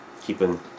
keeping